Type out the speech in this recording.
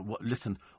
Listen